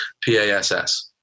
P-A-S-S